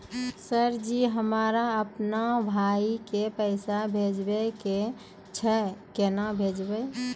Sir ji हमरा अपनो भाई के पैसा भेजबे के छै, केना भेजबे?